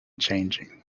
changing